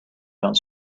don’t